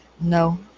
No